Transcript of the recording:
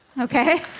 Okay